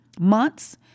months